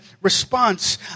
response